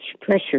pressure